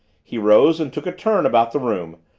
he rose and took a turn about the room.